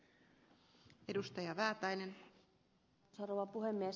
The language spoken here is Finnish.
arvoisa rouva puhemies